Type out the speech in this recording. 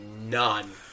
none